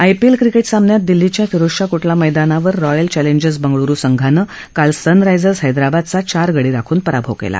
IPL cricket सामन्यात दिल्लीच्या फिरोजशाहा कोटला मैदानावर रॉयल चॅलेंजर्स बेंगळुरु संघानं सन रायजर्स हैदराबादचा चार गडी राखून पराभव केला